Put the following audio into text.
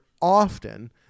often